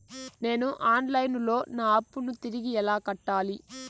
నేను online లో నా అప్పును తిరిగి ఎలా కట్టాలి?